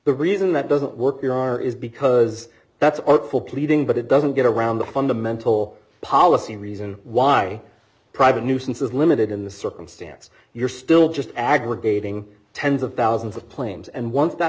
the reason that doesn't work here are is because that's artful pleading but it doesn't get around the fundamental policy reason why private nuisance is limited in the circumstance you're still just aggregating tens of thousands of planes and once that